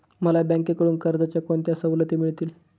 मला बँकेकडून कर्जाच्या कोणत्या सवलती मिळतील?